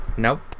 Nope